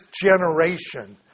generation